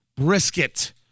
Brisket